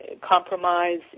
compromise